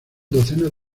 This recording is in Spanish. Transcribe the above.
docenas